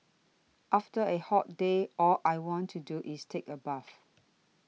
after a hot day all I want to do is take a bath